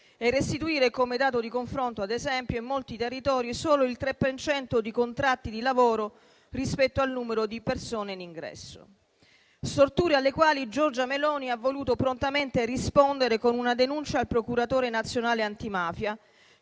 e restituire, come dato di confronto ad esempio in molti territori, solo il 3 per cento di contratti di lavoro rispetto al numero di persone in ingresso. Storture alle quali Giorgia Meloni ha voluto prontamente rispondere con una denuncia al procuratore nazionale antimafia,